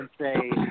say